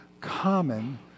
common